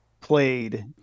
played